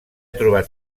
trobat